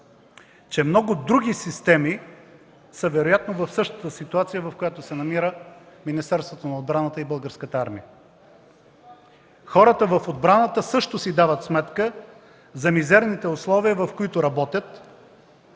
че много други системи са вероятно в същата ситуация, в която се намира Министерството на отбраната и Българската армия. Хората в отбраната също си дават сметка за мизерните условия, в които работят